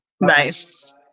Nice